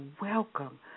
welcome